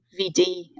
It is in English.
vd